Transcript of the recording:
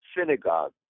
synagogue